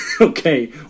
okay